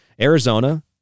Arizona